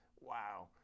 Wow